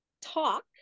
talk